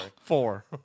Four